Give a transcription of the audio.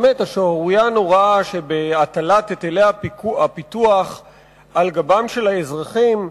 באמת השערורייה הנוראה שבהטלת היטלי הפיתוח על גבם של האזרחים.